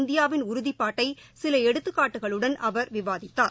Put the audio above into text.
இந்தியாவின் உறுதிப்பாட்டைசிலஎடுத்துக்காட்டுகளுடன் அவர் விவரித்தார்